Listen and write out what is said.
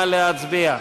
נא להצביע.